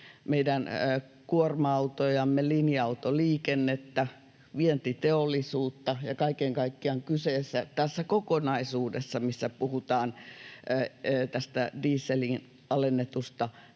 meidän kuorma-autojamme, linja-autoliikennettä, vientiteollisuutta. Kaiken kaikkiaan tässä kokonaisuudessahan, missä puhutaan tästä dieselin alennetusta verokannasta,